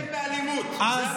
להיחלם באלימות, זו המטרה.